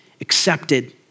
accepted